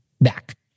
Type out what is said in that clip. back